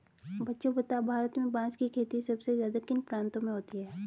बच्चों बताओ भारत में बांस की खेती सबसे ज्यादा किन प्रांतों में होती है?